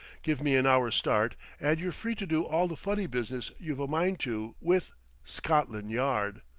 give me an hour's start, and you're free to do all the funny business you've a mind to, with scotland yard!